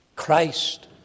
Christ